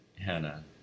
Hannah